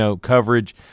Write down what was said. coverage